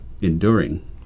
enduring